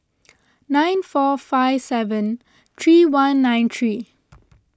nine four five seven three one nine three